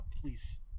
please